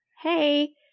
hey